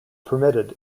permitted